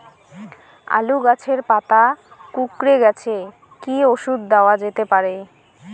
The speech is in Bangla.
আলু গাছের পাতা কুকরে গেছে কি ঔষধ দেওয়া যেতে পারে?